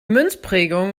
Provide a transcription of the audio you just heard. münzprägung